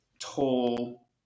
Tall